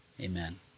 amen